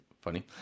funny